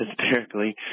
hysterically